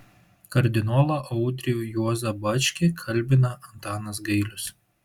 kardinolą audrį juozą bačkį kalbina antanas gailius